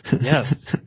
Yes